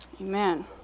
Amen